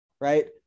Right